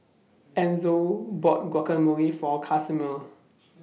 Enzo bought Guacamole For Casimir